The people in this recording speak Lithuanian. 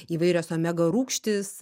įvairios omega rūgštys